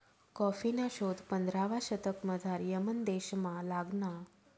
कॉफीना शोध पंधरावा शतकमझाऱ यमन देशमा लागना